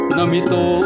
Namito